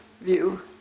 view